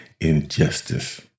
injustice